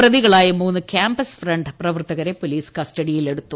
പ്രതികളായ മൂന്ന് Campus Front പ്രവർത്തകരെ പോലീസ് കസ്റ്റഡിയിലെടുത്തു